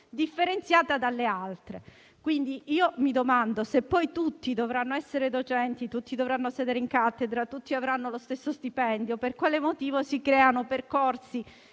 differenziata dalle altre. Mi domando: se tutti dovranno essere docenti, tutti si dovranno sedere in cattedra, tutti avranno lo stesso stipendio, per quale motivo si creano percorsi